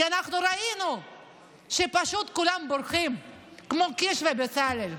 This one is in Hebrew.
כי אנחנו ראינו שכולם בורחים, כמו קיש ובצלאל,